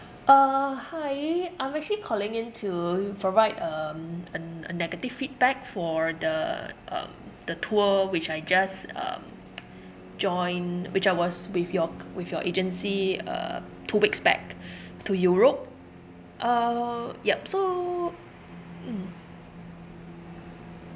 uh hi I'm actually calling in to provide um a n~ a negative feedback for the um the tour which I just um joined which I was with your with your agency uh two weeks back to europe uh yup so mm